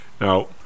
Now